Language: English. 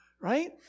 Right